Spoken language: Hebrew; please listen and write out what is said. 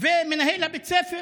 ומנהל בית הספר